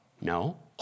No